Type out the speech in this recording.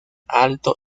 alto